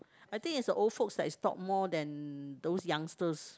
I think is the old folks that is talk more than those youngsters